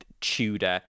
tudor